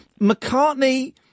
McCartney